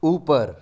ऊपर